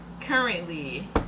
currently